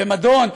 במדון,